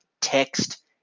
text